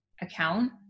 account